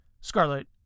Scarlet